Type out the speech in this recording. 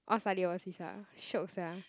all study overseas ah shiok sia